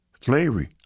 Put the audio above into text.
Slavery